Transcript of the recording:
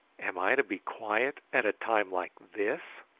am i to be quiet at a time like this?